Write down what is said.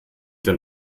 denn